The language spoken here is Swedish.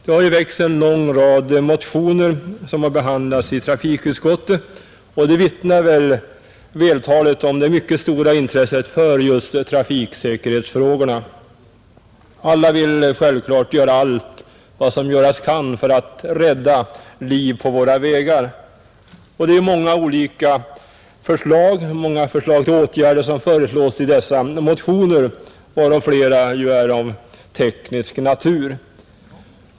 Det har väckts en lång rad motioner som har behandlats i trafikutskottet, och det vittnar vältaligt om det mycket stora intresset för just trafiksäkerhetsfrågorna. Alla vill självfallet göra allt vad som göras kan för att rädda liv på våra vägar. Det är många olika åtgärder som föreslås i dessa motioner, och flera av dem är av teknisk natur.